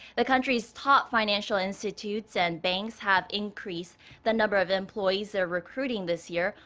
the country's top financial institutes and banks have increased the number of employees they're recruiting this year.